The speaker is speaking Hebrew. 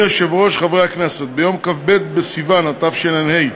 ביום כ"ב בסיוון התשע"ה,